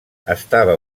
estava